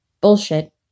Bullshit